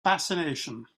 fascination